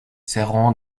seront